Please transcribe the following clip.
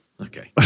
Okay